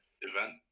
event